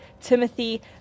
Timothy